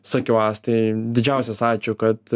sakiau astai didžiausias ačiū kad